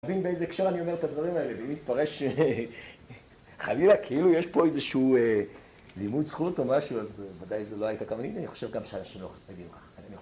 ‫תבין באיזה הקשר אני אומר ‫את הדברים האלה, ‫ואם יתפרש חלילה, כאילו יש פה ‫איזשהו לימוד זכות או משהו, ‫אז ודאי זה לא הייתה כוונתי, ‫אני חושב גם שאנחנו מבינים כך.